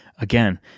again